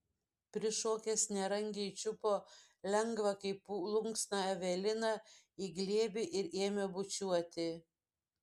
prišokęs nerangiai čiupo lengvą kaip plunksną eveliną į glėbį ir ėmė bučiuoti